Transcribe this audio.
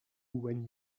when